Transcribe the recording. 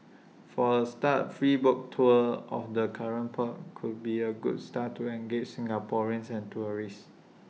for A start free boat tours of the current port could be A good start to engage Singaporeans and tourists